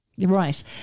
Right